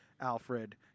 Alfred